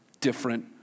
different